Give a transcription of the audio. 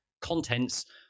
contents